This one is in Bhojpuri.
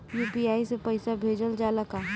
यू.पी.आई से पईसा भेजल जाला का?